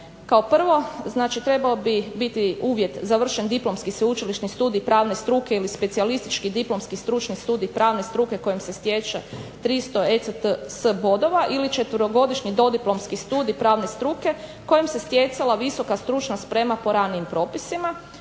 Kao prvo, znači trebao bi biti uvjet završen diplomski sveučilišni studij pravne struke ili specijalistički diplomski stručni studij pravne struke kojim se stječe 300 ECDS bodova ili četverogodišnji dodiplomski studij pravne struke kojim se stjecala visoka stručna sprema po ranijim propisima.